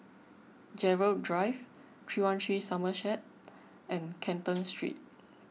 Gerald Drive three one three Somerset and Canton Street